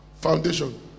foundation